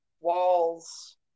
walls